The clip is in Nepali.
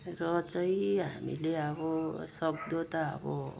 र चाहिँ हामीले अब सक्दो त अब